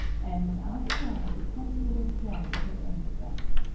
and, after all, the consul was glad it had ended thus.